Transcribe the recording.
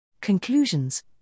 Conclusions